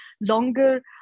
longer